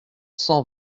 cent